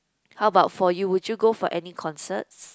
how about for you would you go for any concerts